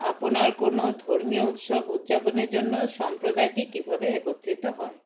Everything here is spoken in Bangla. আপনার কোনো ধর্মীয় উৎসব উদযাপনের জন্য সম্প্রদায়টি কীভাবে একত্রিত হয়